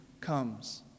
comes